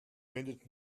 wendet